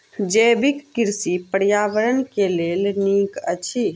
जैविक कृषि पर्यावरण के लेल नीक अछि